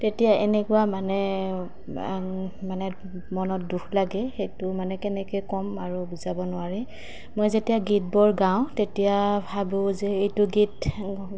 তেতিয়া এনেকুৱা মানে মানে মনত দুখ লাগে সেইটো মানে কেনেকৈ কম আৰু বুজাব নোৱাৰে মই যেতিয়া গীতবোৰ গাওঁ তেতিয়া ভাবোঁ যে এইটো গীত